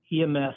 EMS